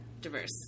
diverse